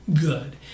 good